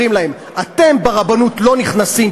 אומרים להם: אתם לרבנות לא נכנסים,